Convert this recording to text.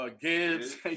Gibbs